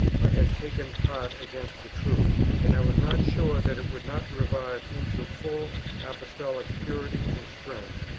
or had taken part against the truth and i was not sure that it would not revive into full apostolic purity and strength,